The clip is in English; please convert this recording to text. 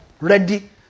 ready